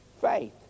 faith